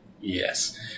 yes